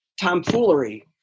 tomfoolery